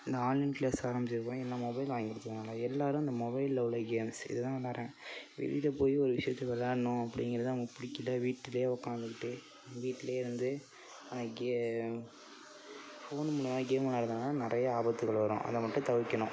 இந்த online class ஆரம்மிச்சதுக்கப்பறம் எல்லாம் மொபைல் வாங்கி கொடுத்துருக்காங்கனால எல்லாரும் இந்த மொபைலில் உள்ள கேம்ஸு இதை தான் விளாடுறாங்க வெளியில் போயி ஒரு விஷயத்துக்கு விளாடணும் அப்படிங்கிறத அவங்க பிடிக்கில வீட்டில் உக்காந்துகிட்டு வீட்டில் வந்து கே ஃபோனு கேம் விளாடுறதுனால் நிறையா ஆபத்துகள் வரும் அதை மட்டும் தவிர்க்கணும்